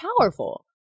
powerful